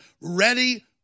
ready